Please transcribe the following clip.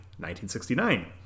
1969